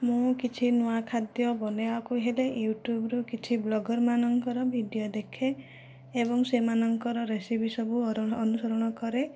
ମୁଁ କିଛି ନୂଆ ଖାଦ୍ୟ ବନାଇବାକୁ ହେଲେ ୟୁଟ୍ୟୁବରୁ କିଛି ବ୍ଲଗର ମାନଙ୍କ ଭିଡ଼ିଓ ଦେଖେ ଏବଂ ସେମାନଙ୍କର ରେସିପି ସବୁ ଅନୁସରଣ କରେ